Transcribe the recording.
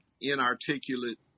inarticulate